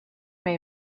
may